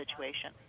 situation